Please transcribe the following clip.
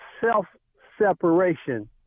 self-separation